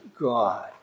God